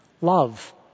Love